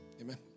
Amen